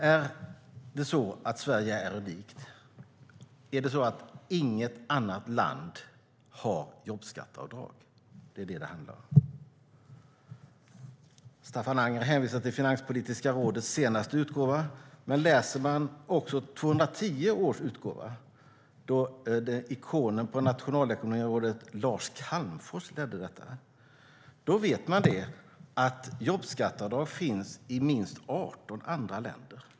Herr talman! Är Sverige unikt? Finns det inget annat land som har jobbskatteavdrag? Det är detta det handlar om. Staffan Anger hänvisar till Finanspolitiska rådets senaste utgåva. Man kan också läsa 2010 års utgåva där ikonen på nationalekonomiområdet Lars Calmfors ledde arbetet. Då ser man att jobbskatteavdrag finns i minst 18 andra länder.